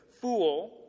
Fool